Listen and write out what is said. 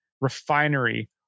refinery